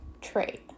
trait